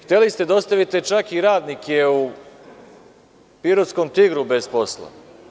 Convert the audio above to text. Hteli ste da ostavite čak i radnike u pirotskom „Tigru“ bez posla.